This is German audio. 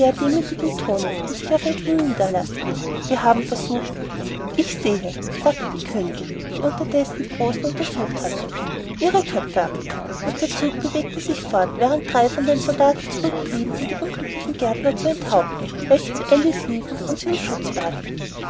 demüthigem tone und sich auf ein knie niederlassend wir haben versucht ich sehe sagte die königin die unterdessen die rosen untersucht hatte ihre köpfe ab und der zug bewegte sich fort während drei von den soldaten zurückblieben um die unglücklichen gärtner zu enthaupten welche zu alice liefen und sie um schutz baten